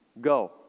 Go